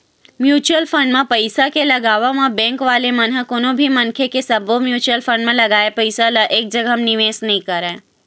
mutual fund म पइसा के लगावब म बेंक वाले मन ह कोनो भी मनखे के सब्बो म्युचुअल फंड म लगाए पइसा ल एक जघा म निवेस नइ करय